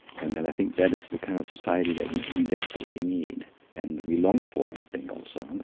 and and i think that is the kind of society that we we desperately need and we long for, i think also.